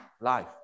life